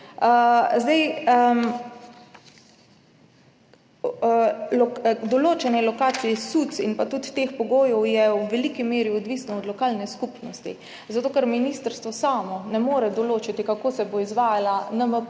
2031. Določanje lokaciji SUC-ev in tudi teh pogojev je v veliki meri odvisno od lokalne skupnosti, zato ker ministrstvo samo ne more določiti, kako se bo izvajala